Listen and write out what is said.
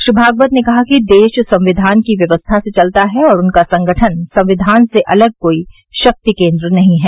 श्री भागवत ने कहा कि देश संविधान की व्यवस्था से चलता है और उनका संगठन संविधान से अलग कोई शक्ति केन्द्र नहीं है